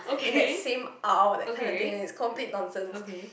in the same isle that kind of thing is complete nonsense